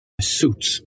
suits